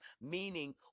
meaning